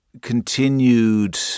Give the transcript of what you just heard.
continued